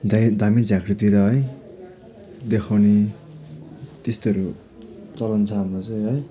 धाइ धामी झाँक्रीतिर है देखाउने त्यस्तोहरू चलन छ हाम्रो चाहिँ है